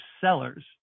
sellers